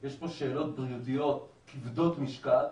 אבל יש פה שאלות בריאותיות כבדות משקל.